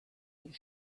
but